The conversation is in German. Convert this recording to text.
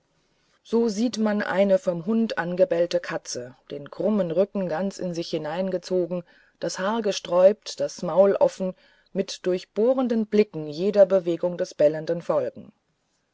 so sieht man eine vom hund angebellte katze den krummen rücken ganz in sich hineingezogen das haar gesträubt das maul offen mit durchbohrenden blicken jeder bewegung des bellenden folgen